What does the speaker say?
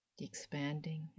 Expanding